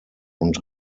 und